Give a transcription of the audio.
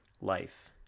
life